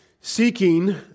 seeking